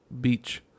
Beach